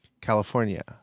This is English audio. California